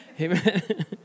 amen